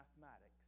mathematics